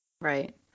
Right